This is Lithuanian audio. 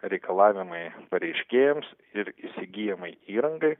reikalavimai pareiškėjams ir įsigyjamai įrangai